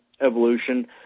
evolution